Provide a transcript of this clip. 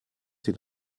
den